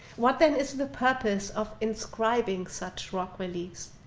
what then is the purpose of inscribing such rock reliefs?